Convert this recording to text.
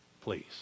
Please